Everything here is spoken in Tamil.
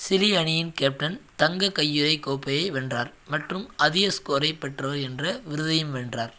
சிலி அணியின் கேப்டன் தங்க கையுறைக் கோப்பையை வென்றார் மற்றும் அதிக ஸ்கோரை பெற்றவர் என்ற விருதையும் வென்றார்